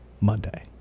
Monday